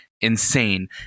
insane